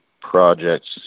projects